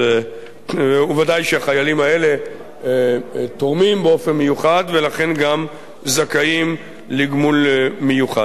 ודאי שהחיילים האלה תורמים באופן מיוחד ולכן גם זכאים לגמול מיוחד.